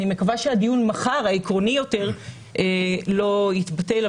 אני מקווה שהדיון מחר, העקרוני יותר, לא יתבטל.